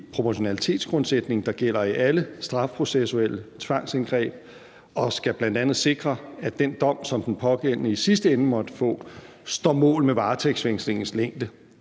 proportionalitetsgrundsætning, der gælder i alle strafprocessuelle tvangsindgreb, og den skal bl.a. sikre, at den dom, som den pågældende i sidste ende måtte få, står mål med varetægtsfængslingens længde.